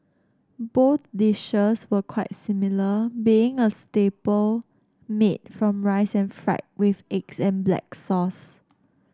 both dishes were quite similar being a staple made from rice and fried with eggs and black sauce